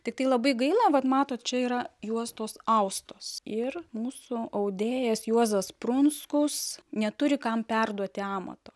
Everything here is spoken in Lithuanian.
tiktai labai gaila vat matot čia yra juostos austos ir mūsų audėjas juozas prunskus neturi kam perduoti amato